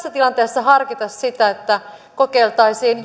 tässä tilanteessa harkita että kokeiltaisiin